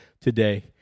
today